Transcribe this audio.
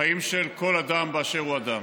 חיים של כל אדם באשר הוא אדם.